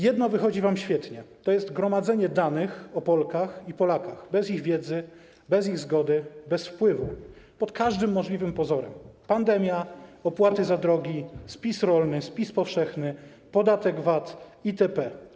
Jedno wychodzi wam świetnie, to jest gromadzenie danych o Polkach i Polakach bez ich wiedzy, bez ich zgody, bez wpływu, pod każdym możliwym pozorem: pandemia, opłaty za drogi, spis rolny, spis powszechny, podatek VAT itp.